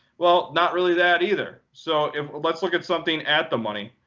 well, not really that, either. so let's look at something at the money.